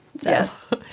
Yes